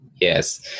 Yes